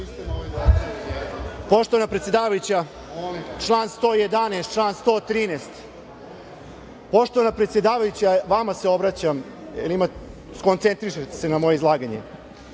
Poštovana predsedavajuća, član 111. član 113.Poštovana predsedavajuća, vama se obraćam, skoncentrišite se na moje izlaganje.